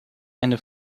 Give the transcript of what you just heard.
eine